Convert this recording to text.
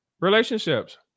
Relationships